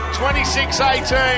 26-18